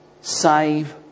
Save